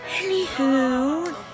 Anywho